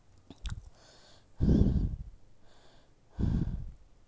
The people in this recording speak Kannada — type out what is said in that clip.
ನೀ ಹಾಕಿದು ರೊಕ್ಕಾ ಮ್ಯಾಲ ಎನ್ ಇಲ್ಲಾ ಅಂದುರ್ನು ಮೂರು ಪರ್ಸೆಂಟ್ರೆ ಹೆಚ್ ಬರ್ತುದ